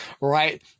right